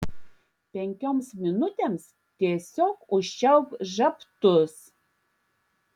penkioms minutėms tiesiog užčiaupk žabtus